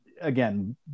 again